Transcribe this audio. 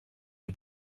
les